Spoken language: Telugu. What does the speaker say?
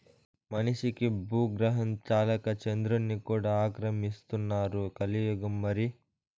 మనిషికి బూగ్రహం చాలక చంద్రుడ్ని కూడా ఆక్రమిస్తున్నారు కలియుగం మరి